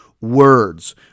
words